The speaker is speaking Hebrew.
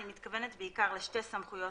אני מתכוונת בעיקר לשתי סמכויות